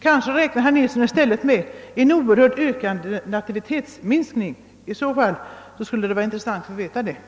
Kanske räknar herr Nilsson i stället med en kraftig nativitetsminskning. I så fall vore det intressant att få detta bekräftat.